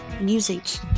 music